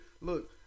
look